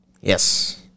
Yes